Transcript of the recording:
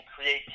create